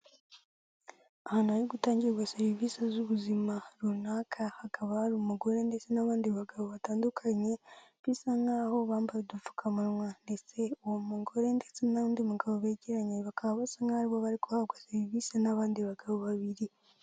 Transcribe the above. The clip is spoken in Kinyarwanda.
Ahantu hari gutangirwa serivisi z'ubuzima runaka, hakaba hari umugore ndetse n'abandi bagabo batandukanye, bisa nk'aho bambaye udupfukamunwa , ndetse uwo mugore ndetse n'undi mugabo begeranye bakaba basa nkaho bari guhabwa serivisi n'abandi bagabo babiri.